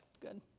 Good